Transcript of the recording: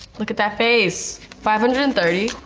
look at that face, five hundred and thirty.